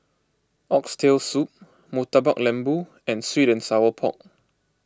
Oxtail Soup Murtabak Lembu and Sweet and Sour Pork